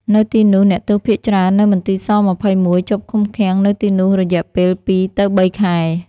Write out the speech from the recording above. នៅទីនោះ អ្នកទោសភាគច្រើននៅមន្ទីរស-២១ ជាប់ឃុំឃាំងនៅទីនោះរយៈពេលពីរទៅបីខែ។